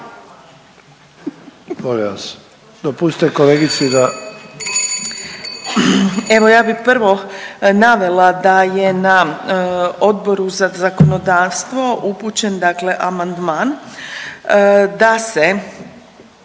Evo ja bi prvo navela da je na Odboru za zakonodavstvu upućen dakle amandman da se